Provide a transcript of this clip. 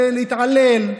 להתעלל.